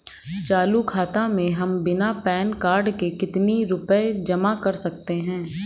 चालू खाता में हम बिना पैन कार्ड के कितनी रूपए जमा कर सकते हैं?